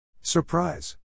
Surprise